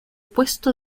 puesto